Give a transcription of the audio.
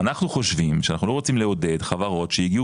אנחנו חושבים שאנחנו לא רוצים לעודד חברות שהגיעו